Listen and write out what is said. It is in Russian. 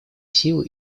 силы